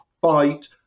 fight